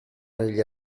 negli